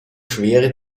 schwere